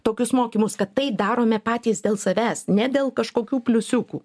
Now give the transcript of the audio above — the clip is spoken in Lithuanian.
tokius mokymus kad tai darome patys dėl savęs ne dėl kažkokių pliusiukų